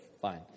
fine